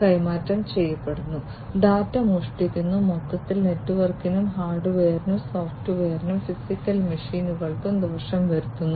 കൈമാറ്റം ചെയ്യപ്പെടുന്നു ഡാറ്റ മോഷ്ടിക്കുന്നു മൊത്തത്തിൽ നെറ്റ്വർക്കിനും ഹാർഡ്വെയറിനും സോഫ്റ്റ്വെയറിനും ഫിസിക്കൽ മെഷീനുകൾക്കും ദോഷം വരുത്തുന്നു